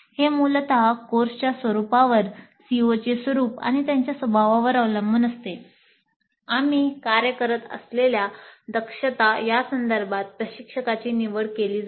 हे मूलत कोर्सच्या स्वरूपावर सीओचे स्वरूप आणि त्यांच्या स्वभावावर अवलंबून असते आम्ही कार्य करत असलेल्या दक्षता यासंदर्भात प्रशिक्षकाची निवड केली जाते